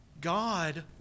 God